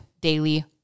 daily